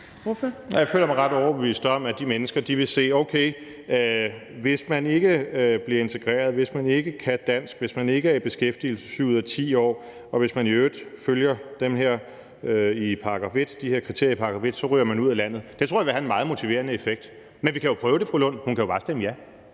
Jeg føler mig ret overbevist om, at de mennesker vil se, at okay, hvis man ikke bliver integreret, hvis man ikke kan dansk, hvis man ikke er i beskæftigelse 7 ud af 10 år, og hvis man i øvrigt følger de her kriterier i § 1, så ryger man ud af landet. Det tror jeg vil have en meget motiverende effekt. Men vi kan jo prøve det, fru Rosa Lund – hun kan jo bare stemme ja.